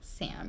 Sam